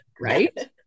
right